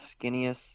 skinniest